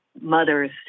mothers